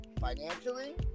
financially